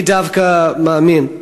אני דווקא מאמין,